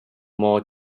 more